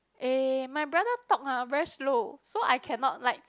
eh my brother talk ah very slow so I cannot like